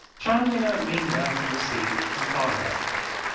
chanlina leaned back in her seat and thought about this.